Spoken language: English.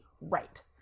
right